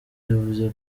yavuze